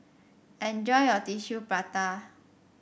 enjoy your Tissue Prata